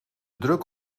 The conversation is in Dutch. druk